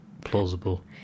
plausible